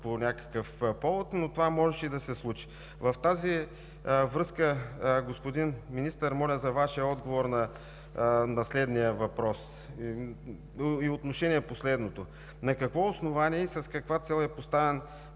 по някакъв повод, но това можеше и да се случи. В тази връзка, господин Министър, моля за Вашия отговор на въпроса и отношение по следното: на какво основание и с каква цел е съставен